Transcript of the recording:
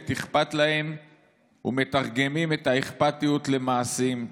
אכפת להם ומתרגמים את האכפתיות למעשים,